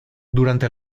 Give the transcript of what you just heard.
durante